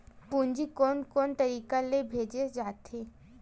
पूंजी कोन कोन तरीका ले भेजे जाथे?